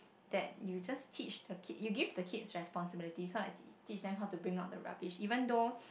that you just teach the kid you give the kids responsibility so like teach them how to bring out the rubbish even though